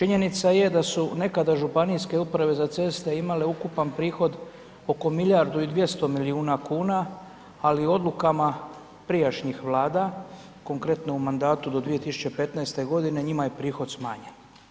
Činjenica je da su nekada županijske uprave za ceste imale ukupan prihod oko milijardu i 200 milijuna kuna, ali odlukama prijašnjih vlada, konkretno u mandatu do 2015. njima je prihod smanjen.